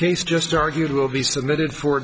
case just argued will be submitted for